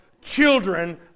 children